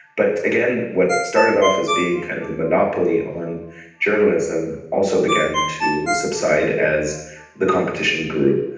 but again, what started off as being kind of a monopoly on journalism also began to subside as the competition grew.